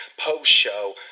post-show